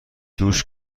دوش